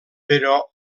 però